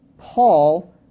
Paul